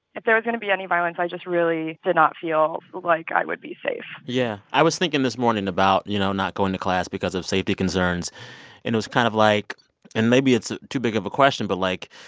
if there was going to be any violence, i just really did not feel like i would be safe yeah. i was thinking this morning about, you know, going to class because of safety concerns. and it was kind of like and maybe it's too big of a question. but like,